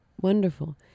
Wonderful